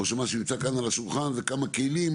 או שמה שנמצא כאן על השולחן זה כמה כלים